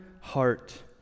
heart